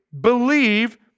believe